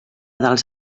dels